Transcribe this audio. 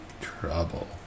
trouble